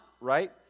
right